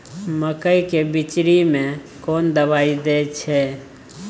मकई के बिचरी में कोन दवाई दे छै?